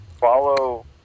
follow